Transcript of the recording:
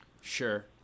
Sure